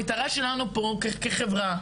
המטרה שלנו פה כחברה,